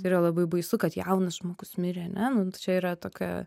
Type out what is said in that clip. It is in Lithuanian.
tai yra labai baisu kad jaunas žmogus mirė ane nu tai čia yra tokia